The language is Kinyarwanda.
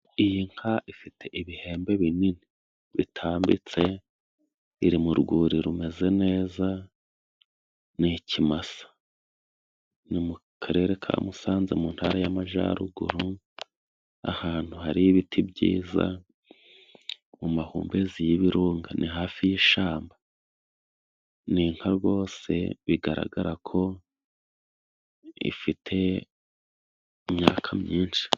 Iyi nka ifite ibihembe binini bitambitse ,iri mu rwuri rumeze neza, n'ikimasa. Ni mu karere ka Musanze mu ntara y'Amajaruguru ,ahantu hari ibiti byiza mu mahumbezi y'ibirunga ,ni hafi y'ishamba ni nka rwose bigaragara ko ifite imyaka myinshi.